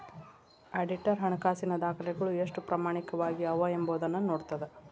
auditor ಹಣಕಾಸಿನ ದಾಖಲೆಗಳು ಎಷ್ಟು ಪ್ರಾಮಾಣಿಕವಾಗಿ ಅವ ಎಂಬೊದನ್ನ ನೋಡ್ತದ